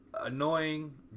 annoying